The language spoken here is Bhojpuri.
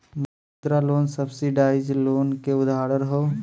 मुद्रा लोन सब्सिडाइज लोन क उदाहरण हौ